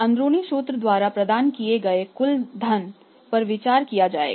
अंदरूनी सूत्रों द्वारा प्रदान किए गए कुल धन पर विचार किया जाएगा